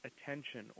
attention